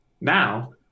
Now